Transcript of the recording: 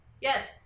Yes